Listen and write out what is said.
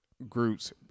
groups